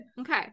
Okay